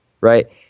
Right